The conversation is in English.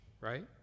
right